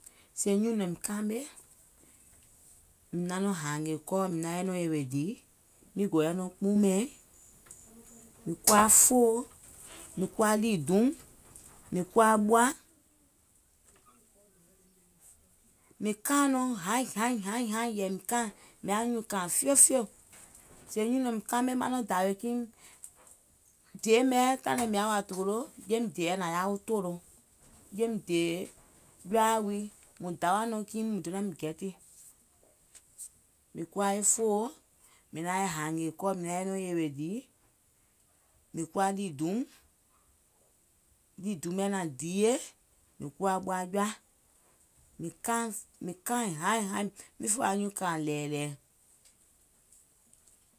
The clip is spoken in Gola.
Sèè nyùùŋ nɔ̀ìm kaame, mìŋ naŋ nɔŋ hààngè kɔɔ, mìŋ naŋ yɛi nɔŋ yèwè dìì, miŋ gò yɛi nɔn kpuumɛ̀ɛ̀ŋ, mìŋ kuwa fòo, mìŋ kuwa ɗìduum, mìŋ kuwa ɓoa, mìŋ kaaìŋ nɔŋ haìŋ haìŋ haìŋ haìŋ, yɛ̀ì mìŋ kaaìŋ, mìŋ yaà nyuùŋ kààiŋ fiò fiò, sèè nyùùŋ nɔ̀ìm kaame maŋ nɔŋ dàwè kiim. Deè mɛ̀, taìŋ nɛ àŋ naim wa kòmò, e deè mɛ̀ nàŋ yaà wa Tòloò, jeim dèè jɔaà wii, dawà nɔŋ kiim mùŋ donȧŋim gɛ̀tì. Mìŋ kuwa e fòo, mìŋ nàŋ yɛi hàȧngè kɔɔ, mìŋ naŋ yɛi yèwè dìì, mìŋ kuwa ɗìduum, ɗìduum mɛ̀ naŋ diiyè, mìŋ kuwa ɓoa jɔa, mìŋ kaaìŋ haìŋ haìŋ, mìŋ fè wa nyuùŋ kààiŋ ɗɛ̀ɛ̀ɗɛ̀ɛ̀.